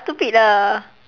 stupid lah